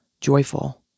joyful